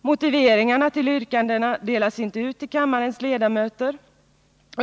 Motiveringarna till yrkanden delas inte ut till kammarens ledamöter.